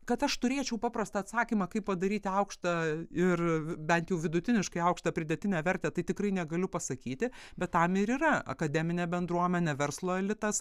kad aš turėčiau paprastą atsakymą kaip padaryti aukštą ir bent jau vidutiniškai aukštą pridėtinę vertę tai tikrai negaliu pasakyti bet tam ir yra akademinė bendruomenė verslo elitas